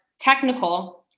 technical